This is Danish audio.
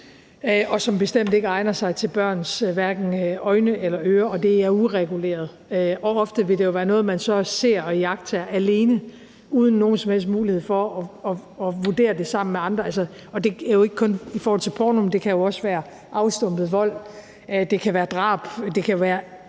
og som bestemt ikke egner sig til børns hverken øjne eller ører, og at det er ureguleret. Og det vil jo ofte være noget, man så ser og iagttager alene uden nogen som helst mulighed for at vurdere det sammen med andre, og det er jo ikke kun i forhold til porno, men det kan jo også være afstumpet vold, det kan være drab, og det kan jo være